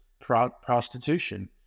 prostitution